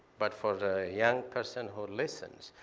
but for a young person who listens,